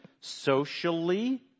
socially